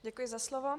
Děkuji za slovo.